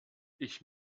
ich